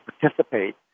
participate